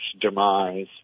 demise